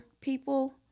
people